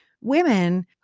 women